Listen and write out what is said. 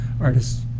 artists